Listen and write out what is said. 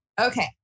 Okay